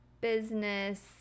business